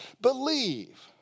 Believe